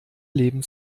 leben